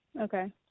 okay